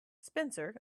spencer